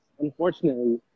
unfortunately